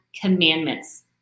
commandments